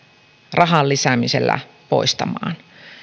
rahan lisäämisellä poistamaan